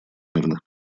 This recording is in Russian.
мирных